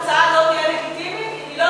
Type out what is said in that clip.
התוצאה לא תהיה לגיטימית אם היא,